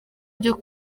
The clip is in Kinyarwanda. ryo